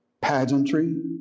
Pageantry